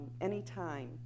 anytime